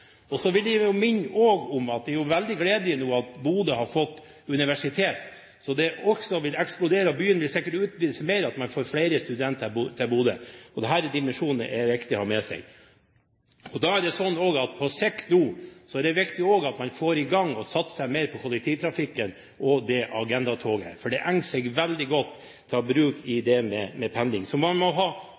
vekst. Så vil jeg også minne om at det er veldig gledelig nå at Bodø har fått universitet. Det vil sikkert også eksplodere, og byen vil sikkert utvides ved at man får flere studenter til Bodø. Denne dimensjonen er det viktig å ha med seg. Da er det også slik at på sikt er det viktig at man får i gang og satser mer på kollektivtrafikken og agendatoget, for det egner seg veldig godt til å bruke til pendling. Så man må ha